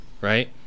right